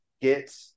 get